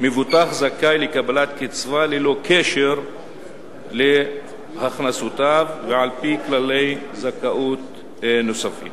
מבוטח זכאי לקבלת קצבה ללא קשר להכנסותיו ועל-פי כללי זכאות נוספים.